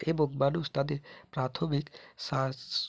এবং মানুষ তাদের প্রাথমিক শ্বাস